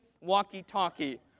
walkie-talkie